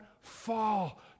fall